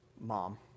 Mom